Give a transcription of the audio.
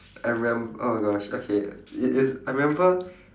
I remem~ oh gosh okay it is I remember